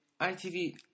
ITV